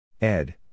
Ed